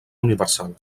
universal